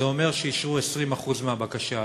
זה אומר שאישרו 20% מהבקשה,